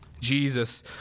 Jesus